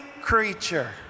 creature